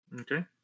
Okay